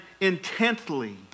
intently